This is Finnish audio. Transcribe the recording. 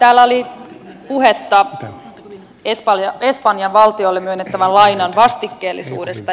täällä oli puhetta espanjan valtiolle myönnettävän lainan vastikkeellisuudesta